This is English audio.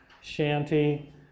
shanty